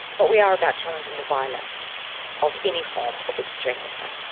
but we are about challenging the violence of any form of extremism.